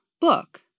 book